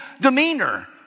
demeanor